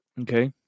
Okay